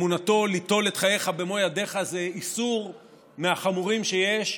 ליטול את חייך במו ידיך זה איסור מהחמורים שיש,